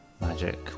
magic